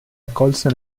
accolse